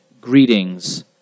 Greetings